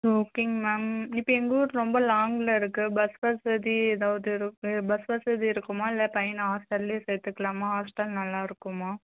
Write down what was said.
ஓகேங்க மேம் இப்போ எங்கள் ஊர் ரொம்ப லாங்கில் இருக்குது பஸ் வசதி ஏதாவது இரு பஸ் வசதி இருக்குமா இல்லை பையனை ஹாஸ்டல்லையே சேர்த்துக்கலாமா ஹாஸ்டல் நல்லாயிருக்குமா